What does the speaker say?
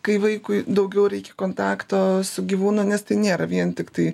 kai vaikui daugiau reikia kontakto su gyvūnu nes tai nėra vien tiktai